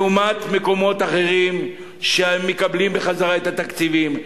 לעומת מקומות אחרים שמקבלים חזרה את התקציבים.